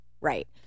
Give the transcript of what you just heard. Right